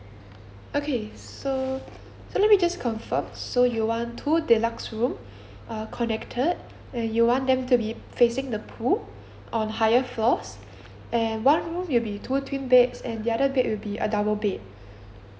okay so so let me just confirm so you want two deluxe room uh connected and you want them to be facing the pool on higher floors and one room will be two twin beds and the other bed would be a double bed